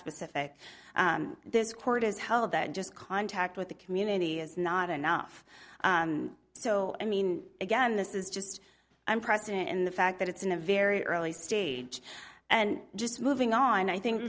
specific and this court has held that just contact with the community is not enough and so i mean again this is just i'm president and the fact that it's in a very early stage and just moving on i think